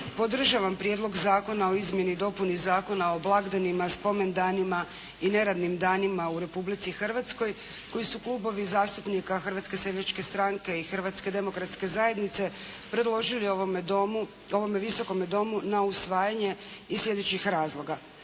Podržavam Prijedlog zakona o izmjeni i dopuni Zakona o blagdanima, spomendanima i neradnim danima u Republici Hrvatskoj koji su klubovi zastupnika Hrvatske seljačke stranke i Hrvatske demokratske zajednice predložili ovome Visokome domu na usvajanje iz slijedećih razloga.